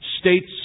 states